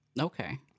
Okay